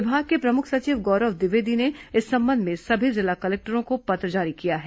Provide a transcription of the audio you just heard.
विभाग के प्रमुख सचिव गौरव द्विवेदी ने इस संबंध में सभी जिला कलेक्टरों को पत्र जारी किया है